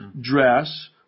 dress